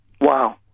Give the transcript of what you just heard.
Wow